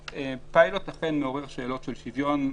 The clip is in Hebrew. פיילוט אכן מעורר שאלות של שוויון.